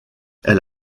elle